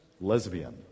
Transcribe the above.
lesbian